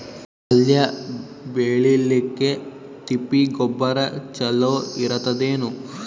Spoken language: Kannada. ಪಲ್ಯ ಬೇಳಿಲಿಕ್ಕೆ ತಿಪ್ಪಿ ಗೊಬ್ಬರ ಚಲೋ ಇರತದೇನು?